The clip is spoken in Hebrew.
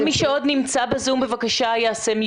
זה משבר רציני שבכלל אי אפשר לשים את זה